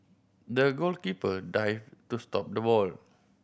the goalkeeper dived to stop the ball